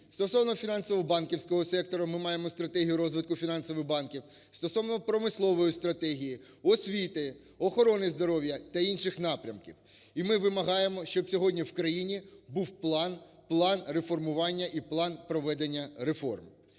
Стосовно фінансово-банківського сектору ми маємо стратегію розвитку фінансів і банків, стосовно промислової стратегії, освіти, охорони здоров'я та інших напрямків. І ми вимагаємо, щоб сьогодні в країні був план, план реформування і план проведення реформ.